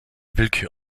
willkür